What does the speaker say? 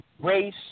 Race